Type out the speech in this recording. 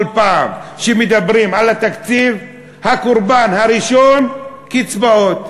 כל פעם שמדברים על התקציב, הקורבן הראשון: קצבאות.